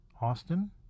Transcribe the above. Austin